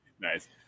Nice